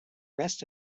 rest